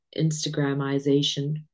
instagramization